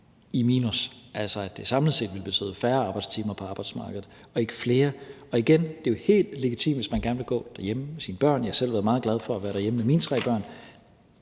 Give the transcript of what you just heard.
i minus, altså at det samlet set ville betyde færre arbejdstimer på arbejdsmarkedet og ikke flere. Igen vil jeg sige, at det jo er helt legitimt, hvis man gerne vil gå derhjemme med sine børn – jeg har selv været meget glad for at være derhjemme med mine tre børn